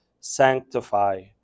sanctify